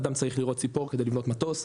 אדם צריך לראות ציפור כדי לבנות מטוס.